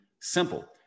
simple